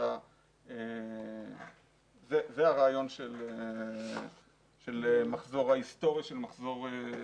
זה הרעיון של מחזור זרעים,